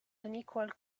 unequal